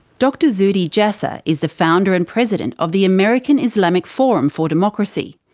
dr zuhdi jasser is the founder and president of the american islamic forum for democracy.